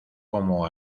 como